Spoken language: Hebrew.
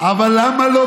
לכל הדברים האלה,